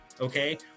okay